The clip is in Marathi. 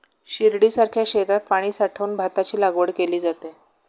शिर्डीसारख्या शेतात पाणी साठवून भाताची लागवड केली जाते